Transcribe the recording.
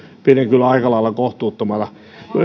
pidin kyllä aika lailla kohtuuttomana